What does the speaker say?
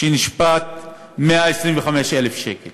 שנשפט וקיבל קנס של 125,000 שקל